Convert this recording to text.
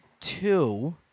Two